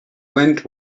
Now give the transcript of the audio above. went